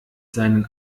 seinen